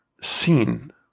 seen